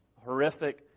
Horrific